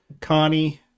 Connie